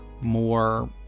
more